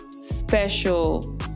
special